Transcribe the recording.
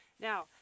Now